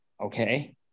Okay